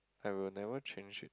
I will never change it